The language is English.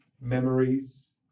memories